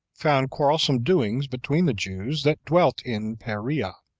found quarrelsome doings between the jews that dwelt in perea,